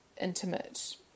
intimate